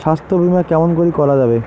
স্বাস্থ্য বিমা কেমন করি করা যাবে?